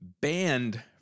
banned